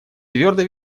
твердо